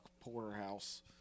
porterhouse